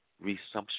resumption